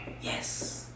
yes